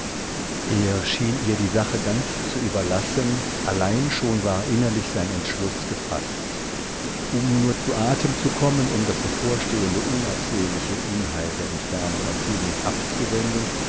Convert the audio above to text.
er schien ihr die sache ganz zu überlassen allein schon war innerlich sein entschluß gefaßt um nur zu atem zu kommen um das bevorstehende unabsehliche unheil der entfernung ottiliens abzuwenden